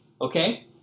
okay